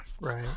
right